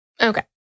Okay